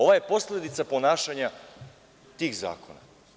Ovaj je posledica ponašanja tih zakona.